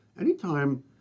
Anytime